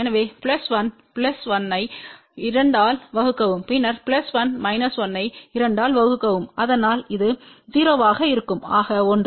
எனவே plus 1 plus 1 ஐ 2 ஆல் வகுக்கவும் பின்னர் பிளஸ் 1 மைனஸ் 1 ஐ 2 ஆல் வகுக்கவும் அதனால் இது 0 ஆக இருக்கும் ஆக 1